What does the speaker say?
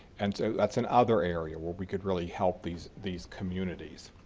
and so that's another area where we could really help these these communities.